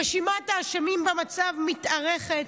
רשימת האשמים במצב מתארכת,